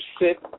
sit